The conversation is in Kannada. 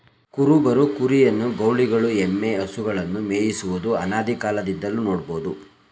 ಕುರುಬರು ಕುರಿಯನ್ನು, ಗೌಳಿಗಳು ಎಮ್ಮೆ, ಹಸುಗಳನ್ನು ಮೇಯಿಸುವುದು ಅನಾದಿಕಾಲದಿಂದಲೂ ನೋಡ್ಬೋದು